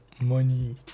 money